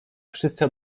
wszyscy